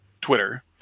Twitter